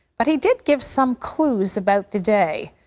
but he did give some clues about the day.